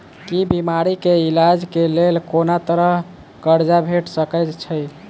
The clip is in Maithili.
की बीमारी कऽ इलाज कऽ लेल कोनो तरह कऽ कर्जा भेट सकय छई?